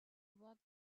walked